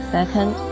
Second